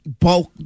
bulk